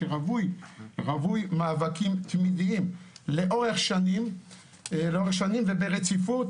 שרווי מאבקים תמידיים לאורך שנים וברציפות,